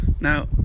Now